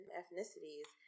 ethnicities